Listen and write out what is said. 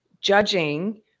judging